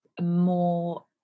more